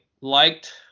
liked